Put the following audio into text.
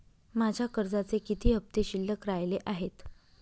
माझ्या कर्जाचे किती हफ्ते शिल्लक राहिले आहेत?